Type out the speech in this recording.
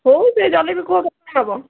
ହଉ ସେ ଜଲେବି କୁହ କେତେ ଦବ